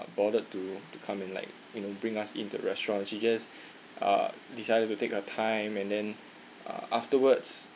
bothered to to come and like you know bring us into restaurant she just uh decided to take a time and then uh afterwards